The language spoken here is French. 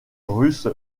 russe